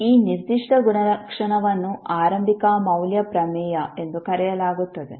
ಈ ನಿರ್ದಿಷ್ಟ ಲಕ್ಷಣವನ್ನು ಆರಂಭಿಕ ಮೌಲ್ಯ ಪ್ರಮೇಯ ಎಂದು ಕರೆಯಲಾಗುತ್ತದೆ